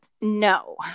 No